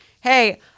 hey